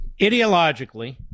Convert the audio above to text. Ideologically